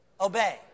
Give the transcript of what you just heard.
Obey